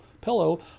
pillow